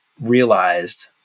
realized